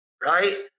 right